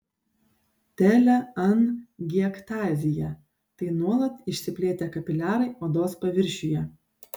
teleangiektazija tai nuolat išsiplėtę kapiliarai odos paviršiuje